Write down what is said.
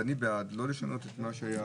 אני בעד לא לשנות את מה שהיה.